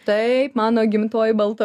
taip mano gimtoj balta